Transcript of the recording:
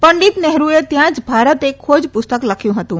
પંડીત નહેરૂએ ત્યાં જ ભારત એક ખોજ પુસ્તક લખ્યું હતું